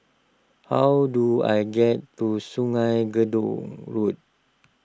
how do I get to Sungei Gedong Road